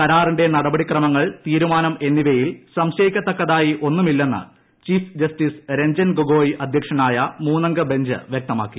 കരാറിന്റെ നടപടിക്രമങ്ങൾ തീരുമാനം എന്നിവയിൽ സംശയിക്കത്തക്കതായി ഒന്നുമില്ലെന്ന്ചീഫ് ജസ്റ്റിസ് രഞ്ജൻ ഗൊഗോയ് അധ്യക്ഷനായ മൂന്നംഗ ബഞ്ച് വ്യക്തമാക്കി